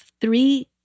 three